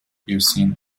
eocene